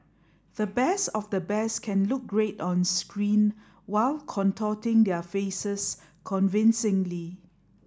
the best of the best can look great on screen while contorting their faces convincingly